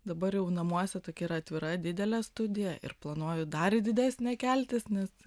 dabar jau namuose tokia yra atvira didelė studija ir planuoju į dar didesnę keltis nes